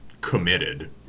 committed